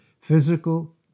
physical